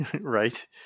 right